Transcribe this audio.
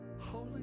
Holy